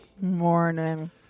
Morning